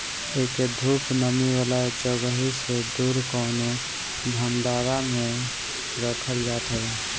एके धूप, नमी वाला जगही से दूर कवनो भंडारा में रखल जात हवे